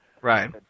Right